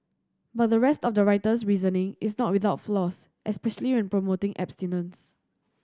but the rest of the writer's reasoning is not without flaws especially when promoting abstinence